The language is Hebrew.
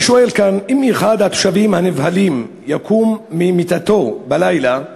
אני שואל כאן: אם אחד התושבים הנבהלים יקום ממיטתו בלילה ויפגע,